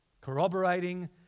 Corroborating